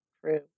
true